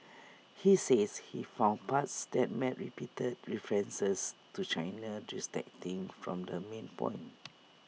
he says he found parts that made repeated references to China to distracting from her main point